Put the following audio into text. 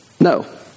No